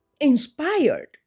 inspired